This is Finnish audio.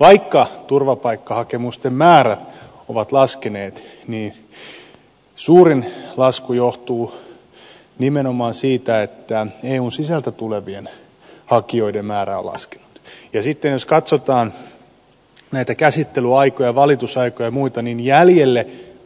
vaikka turvapaikkahakemusten määrät ovat laskeneet niin suurin lasku johtuu nimenomaan siitä että eun sisältä tulevien hakijoiden määrä on laskenut ja sitten jos katsotaan näitä käsittelyaikoja valitusaikoja ja muita niin